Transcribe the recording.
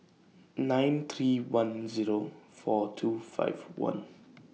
nine three one Zero four two five one